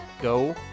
Go